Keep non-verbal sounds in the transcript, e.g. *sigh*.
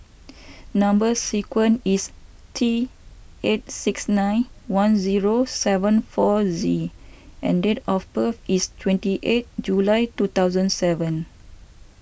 *noise* Number Sequence is T eight six nine one zero seven four Z and date of birth is twenty eight July two thousand seven